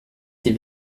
ses